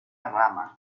rama